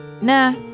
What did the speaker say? Nah